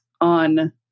on